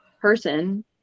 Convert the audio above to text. person